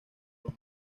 roma